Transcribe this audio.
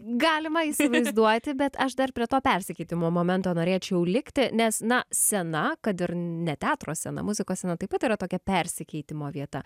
galima įsivaizduoti bet aš dar prie to persikeitimo momento norėčiau likti nes na scena kad ir ne teatro scena muzikos taip pat yra tokia persikeitimo vieta